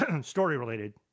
story-related